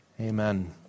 Amen